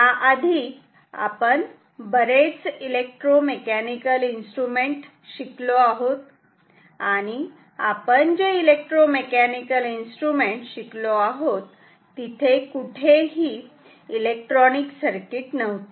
याआधी आपण बरेच इलेक्ट्रोमेकॅनिकल इन्स्ट्रुमेंट शिकलो आहोत आणि आपण जे इलेक्ट्रोमेकॅनिकल इन्स्ट्रुमेंट शिकलो आहोत तिथे कुठेही ही इलेक्ट्रॉनिक सर्किट नव्हते